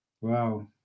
wow